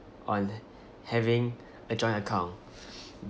on having a joint account